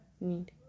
need